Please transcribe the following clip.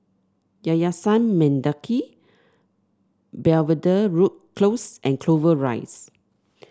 Yayasan Mendaki Belvedere Road Close and Clover Rise